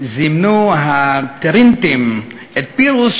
זימנו הטרנטינים את פירוס,